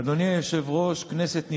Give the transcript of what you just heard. אדוני היושב-ראש, כנסת נכבדה,